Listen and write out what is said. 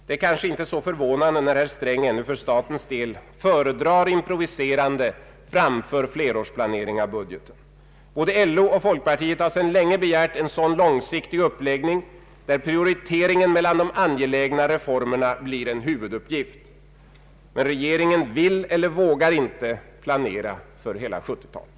Det är kanske inte så förvånande när herr Sträng ännu för statens del föredrar improviserande framför flerårsplanering av budgeten. Både LO och folkpartiet har sedan länge be gärt en sådan långsiktig uppläggning där prioriteringen mellan de angelägna reformerna blir en huvuduppgift. Men regeringen vill eller vågar inte planera för hela 1970-talet.